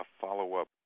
follow-up